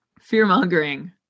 Fear-mongering